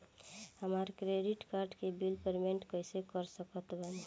हमार credit card के bill payment कइसे कर सकत बानी?